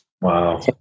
Wow